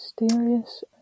Mysterious